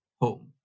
home